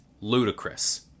ludicrous